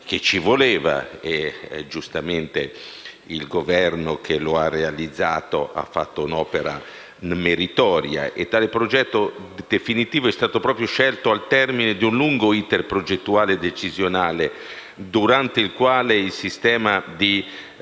di un'opera necessaria ed il Governo che lo ha realizzato ha fatto un'opera meritoria. Tale progetto definitivo è stato scelto al termine di un lungo *iter* progettuale e decisionale durante il quale il sistema di